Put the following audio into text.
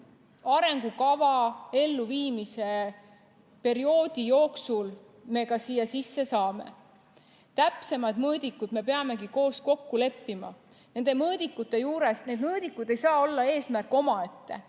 arengukava elluviimise perioodi jooksul ka siia sisse saame. Täpsemad mõõdikud me peamegi koos kokku leppima. Need mõõdikud ei saa olla eesmärk omaette,